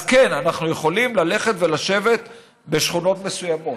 אז כן, אנחנו יכולים ללכת ולשבת בשכונות מסוימות,